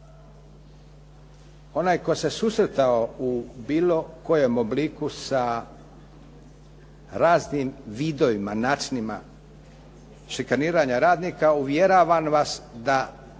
Onaj tko se susretao u bilo kojem obliku sa raznim vidovima, načinima šikaniranja radnika, uvjeravam vas da